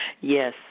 Yes